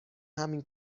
همین